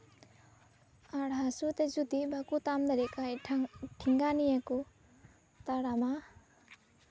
ᱟᱨ ᱦᱟᱹᱥᱩ ᱛᱮ ᱡᱩᱫᱤ ᱵᱟᱠᱚ ᱛᱟᱲᱟᱢ ᱫᱟᱲᱮᱭᱟᱜ ᱠᱷᱟᱱ ᱴᱷᱮᱸᱜᱟ ᱱᱤᱭᱮ ᱠᱚ ᱛᱟᱲᱟᱢᱟ